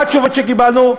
מה התשובות שקיבלנו?